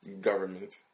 Government